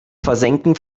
versenken